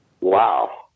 Wow